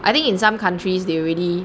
I think in some countries they already